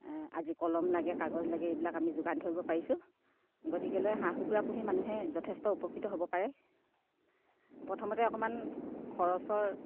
আজি কলম লাগে কাগজ লাগে এইবিলাক আমি যোগান ধৰিব পাৰিছোঁ গতিকেলৈ হাঁহ কুকুৰা পুহি মানুহে যথেষ্ট উপকৃত হ'ব পাৰে প্ৰথমতে অকণমান খৰচৰ